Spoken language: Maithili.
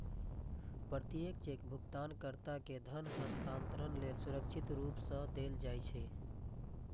प्रत्येक चेक भुगतानकर्ता कें धन हस्तांतरण लेल सुरक्षित रूप सं देल जाइ छै